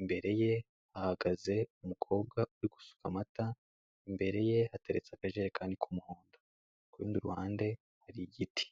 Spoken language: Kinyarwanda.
imbere ye hahagaze umukobwa uri gusuka amata, imbere ye hateretse akajerekani k'umuhondo. Ku rundi ruhande hari igiti.